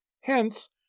Hence